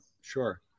sure